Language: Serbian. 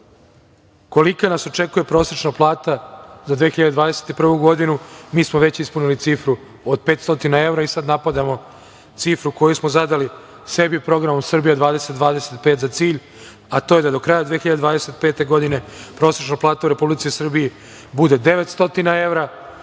kolika nas očekuje prosečna plata za 2021. godinu, mi smo već ispunili cifru od 500 evra i sad napadamo cifru koju smo zadali sebi programom „Srbija 2025“ za cilj, a to je da do kraja 2025. godine prosečna plata u Republici Srbiji bude 900 evra,